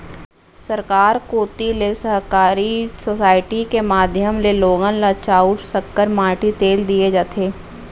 सरकार कोती ले सहकारी सोसाइटी के माध्यम ले लोगन ल चाँउर, सक्कर, माटी तेल दिये जाथे